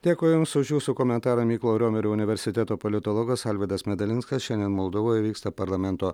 dėkoju jums už jūsų komentarą mykolo riomerio universiteto politologas alvydas medalinskas šiandien moldovoje vyksta parlamento